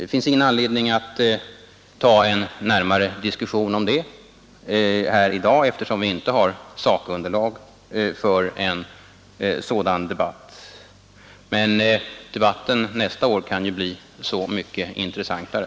Det finns ingen anledning att ha en närmare diskussion om det här i dag eftersom vi saknar sakunderlag för en sådan debatt. Debatten nästa år kan dock bli så mycket intressantare.